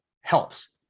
helps